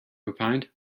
opined